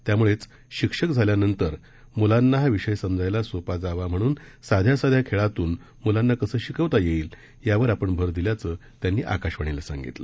त्यामुळेच शिक्षक झाल्यानंतर मुलांना हा विषय समजायला सोपा जावा म्हणून साध्या साध्या खेळातून मूलांना कसं शिकवता येईल यावर आपण भर दिल्याचं त्यांनी आकाशवाणीला सांगितलं